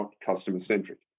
customer-centric